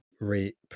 rape